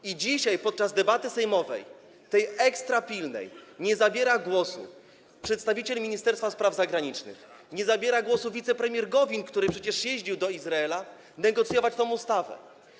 I dzisiaj podczas debaty sejmowej, tej ekstrapilnej, nie zabiera głosu przedstawiciel Ministerstwa Spraw Zagranicznych, nie zabiera głosu wicepremier Gowin, który przecież jeździł do Izraela negocjować tekst tej ustawy.